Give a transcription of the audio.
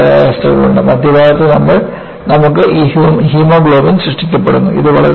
നമുക്ക് പൊള്ളയായ അസ്ഥികളുണ്ട് മധ്യഭാഗത്ത് നമുക്ക് ഈ ഹീമോഗ്ലോബിൻ സൃഷ്ടിക്കപ്പെടുന്നു